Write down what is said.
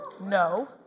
No